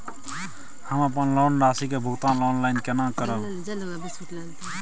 हम अपन लोन राशि के भुगतान ऑनलाइन केने करब?